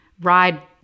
ride